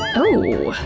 ooh,